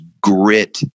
grit